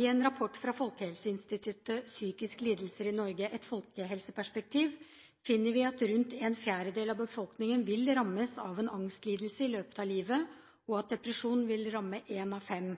I en rapport fra Folkehelseinstituttet, Psykiske lidelser i Norge: Et folkehelseperspektiv, finner vi at rundt en fjerdedel av befolkningen vil rammes av en angstlidelse i løpet av livet, og at depresjon vil ramme en av fem.